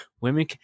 women